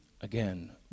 Again